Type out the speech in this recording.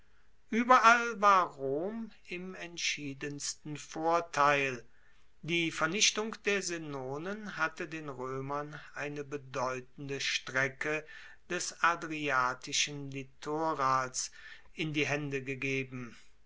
ueberall war rom im entschiedensten vorteil die vernichtung der senonen hatte den roemern eine bedeutende strecke des adriatischen litorals in die haende gegeben